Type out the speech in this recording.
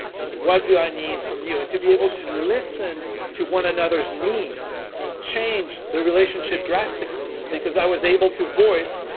and what do i need from you? and to be able to listen to one another's needs changed the relationship drastically because i was able to voice,